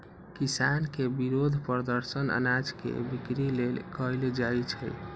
किसान के विरोध प्रदर्शन अनाज के बिक्री लेल कएल जाइ छै